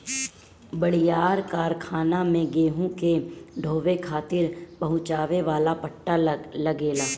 बड़ियार कारखाना में गेहूं के ढोवे खातिर पहुंचावे वाला पट्टा लगेला